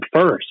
first